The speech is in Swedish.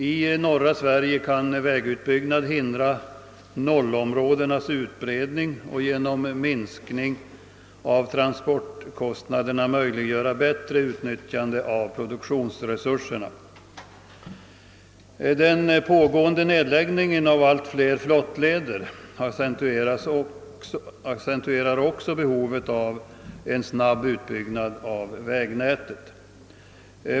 I norra Sverige kan en vägutbyggnad hindra nollområdets utbredning och genom en minskning av transportkostnaderna möjliggöra bättre utnyttjande av produktionsresurserna. Den pågående nedläggningen av allt fler flottleder accentuerar också behovet av en snabb utbyggnad av vägnätet.